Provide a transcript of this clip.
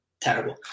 terrible